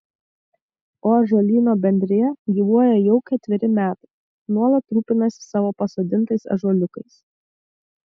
o ąžuolyno bendrija gyvuoja jau ketveri metai nuolat rūpinasi savo pasodintais ąžuoliukais